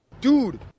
dude